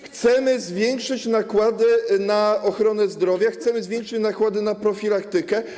Chcemy zwiększyć nakłady na ochronę zdrowia, chcemy zwiększyć nakłady na profilaktykę.